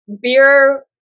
beer